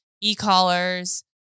e-collars